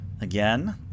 again